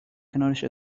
کنارش